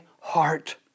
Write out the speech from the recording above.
heart